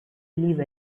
live